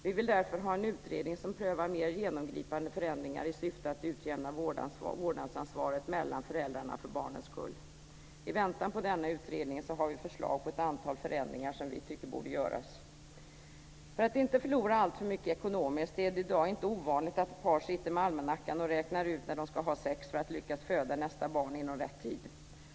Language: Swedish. Vi vill därför ha en utredning som prövar mer genomgripande förändringar i syfte att utjämna vårdnadsansvaret mellan föräldrarna för barnets skull. I väntan på denna utredning har vi förslag på ett antal förändringar som vi tycker borde göras. För att man inte ska förlora alltför mycket ekonomiskt är det i dag inte ovanligt att ett par sitter med almanackan och räknar ut när de ska ha sex för att lyckas föda nästa barn inom rätt tid.